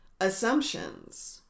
assumptions